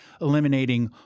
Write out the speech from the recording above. eliminating